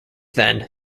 then